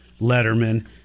letterman